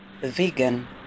Vegan